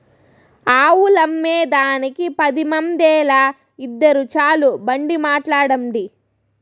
ఆవులమ్మేదానికి పది మందేల, ఇద్దురు చాలు బండి మాట్లాడండి